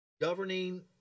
governing